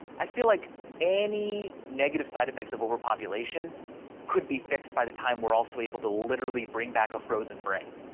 i feel like any negative side effects of overpopulation could be fixed by the time we're also able to literally bring back a frozen brain.